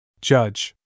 Judge